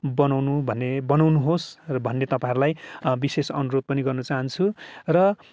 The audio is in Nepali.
बनाउनु भने बनाउनुहोस् र भन्ने तपाईँहरूलाई विशेष अनुरोध पनि गर्न चाहन्छु र